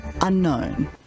unknown